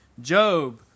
Job